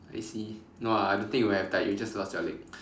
I see no ah I don't think you would have died you will just lost your leg